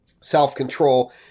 self-control